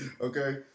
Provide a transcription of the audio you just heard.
Okay